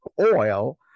oil